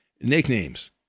nicknames